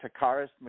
Takaris